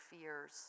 fears